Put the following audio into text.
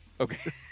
Okay